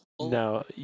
No